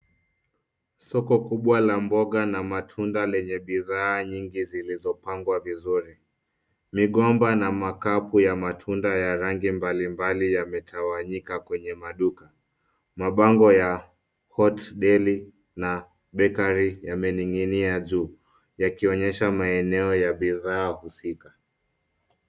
Soko kubwa la mboga na matunda lenye bidhaa nyingi zilizopangwa vizuri. Migomba na makapu ya matunda ya rangi mbali mbali yametawanyika kwenye maduka. Mabango ya, Hot Daily, na Bakery, yamening'inia juu, yakionyesha maeneo ya bidhaa husika.